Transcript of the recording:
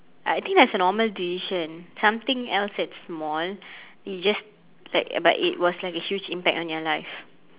I think that's a normal decision something else that's small and you just like but it was like a huge impact on your life